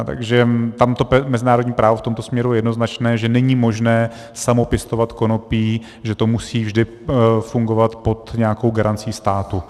Takže tam to mezinárodní právo je v tomto směru jednoznačné, že není možné samopěstovat konopí, že to musí vždy fungovat pod nějakou garancí státu.